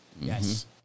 Yes